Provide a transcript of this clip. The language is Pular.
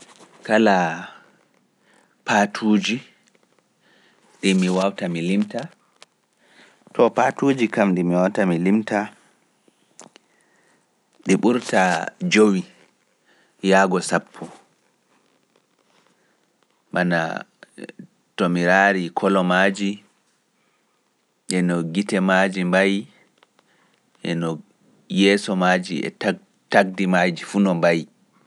Kala paatuji ɗi mi waawta mi limta. To paatuji kam ɗi mi waawta mi limta ɗi ɓurtaa jowi yaago sappo, bana to mi raari kolo maaji e no gite maaji mba'i, e no yeeso, e tagdi maaji fuu no mba'i.